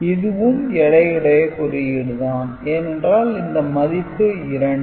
இதுவும் எடையுடைய குறியீடு தான் ஏனென்றால் இந்த மதிப்பு 2